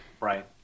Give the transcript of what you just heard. Right